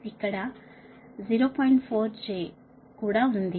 4 కూడా ఉంది ఇది కూడా j రెండు